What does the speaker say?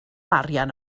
arian